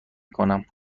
کنم